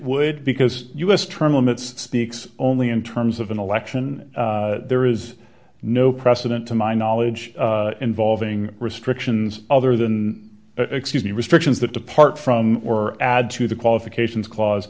would because us term limits speaks only in terms of an election there is no precedent to my knowledge involving restrictions other than excuse me restrictions that depart from or add to the qualifications clause